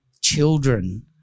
children